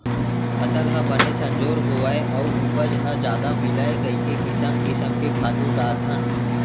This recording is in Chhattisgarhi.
फसल ह बने संजोर होवय अउ उपज ह जादा मिलय कइके किसम किसम के खातू डारथन